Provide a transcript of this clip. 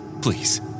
Please